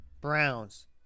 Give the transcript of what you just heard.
Browns